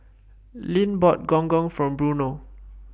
Lynn bought Gong Gong For Bruno